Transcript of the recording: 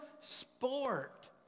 sport